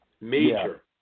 Major